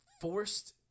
forced